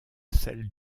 celle